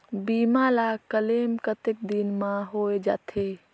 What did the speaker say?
बीमा ला क्लेम कतेक दिन मां हों जाथे?